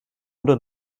oder